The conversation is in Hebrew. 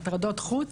הטרדות חוץ,